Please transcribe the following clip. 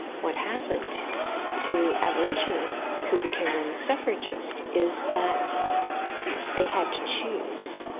what happened to abolitionists who became women suffragists, is that they had to choose.